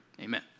Amen